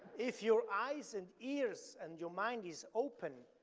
if your eyes and ears and your mind is open,